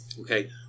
Okay